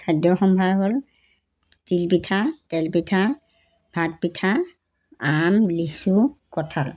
খাদ্য সম্ভাৰ হ'ল তিলপিঠা তেলপিঠা ভাতপিঠা আম লিচু কঁঠাল